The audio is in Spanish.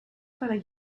para